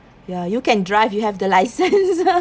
ya you can drive you have the license